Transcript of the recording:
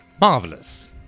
marvelous